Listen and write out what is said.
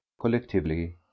collectively